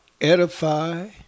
edify